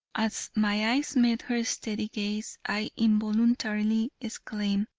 as my eyes met her steady gaze i involuntarily exclaimed,